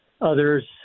others